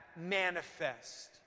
manifest